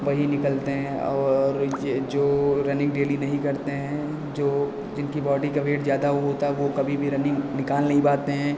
वही निकलते हैं और यह जो रनिंग डेली नहीं करते हैं जो जिनकी बॉडी का वेट ज़्यादा होता है वह कभी भी रनिंग निकाल नहीं पाते हैं